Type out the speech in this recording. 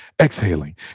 exhaling